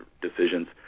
decisions